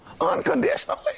unconditionally